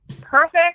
perfect